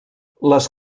les